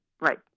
Right